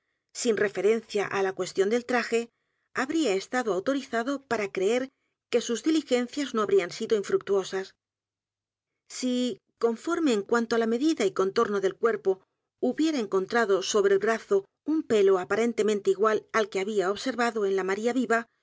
las apariencias de la joven desaparecida sin referencia á la cuestión del traje habría estado autorizado para creer que sus diligencias no habían sido infructuosas si conforme en cuanto á la medida y contorno del cuerpo hubiera encontrado sobre el brazo un pelo el misterio de maría rogét aparentemente igual al que había observado en la maría viva